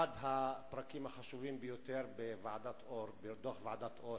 אחד הפרקים החשובים ביותר בדוח ועדת-אור